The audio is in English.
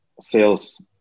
sales